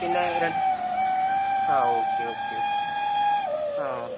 പിന്നേ രണ്ടു ആ ഓക്കേ ഓക്കേ ഓ